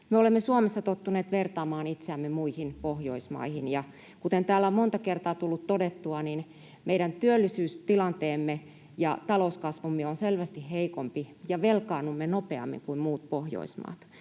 Me olemme Suomessa tottuneet vertaamaan itseämme muihin Pohjoismaihin, ja kuten täällä on monta kertaa tullut todettua, meidän työllisyystilanteemme ja talouskasvumme on selvästi heikompi ja velkaannumme nopeammin kuin muut Pohjoismaat.